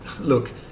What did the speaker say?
look